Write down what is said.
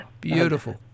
Beautiful